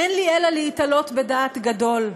אין לי אלא להיתלות בדעת גדול,